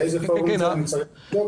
באיזה פורום את זה אני צריך לבדוק,